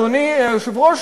אדוני היושב-ראש,